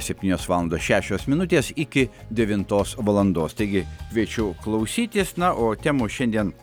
septynios valandos šešios minutės iki devintos valandos taigi kviečiu klausytis na o temų šiandien